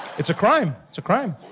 it's a crime, it's a crime.